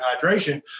hydration